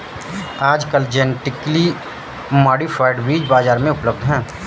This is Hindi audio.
आजकल जेनेटिकली मॉडिफाइड बीज बाजार में उपलब्ध है